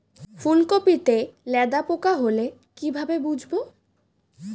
ফুলকপিতে লেদা পোকা হলে কি ভাবে বুঝবো?